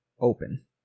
open